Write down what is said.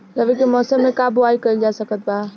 रवि के मौसम में का बोआई कईल जा सकत बा?